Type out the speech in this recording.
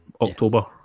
October